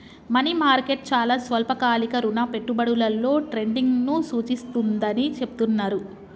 money market చాలా స్వల్పకాలిక రుణ పెట్టుబడులలో ట్రేడింగ్ను సూచిస్తుందని చెబుతున్నరు